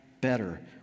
better